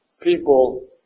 people